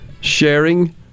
sharing